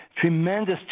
tremendous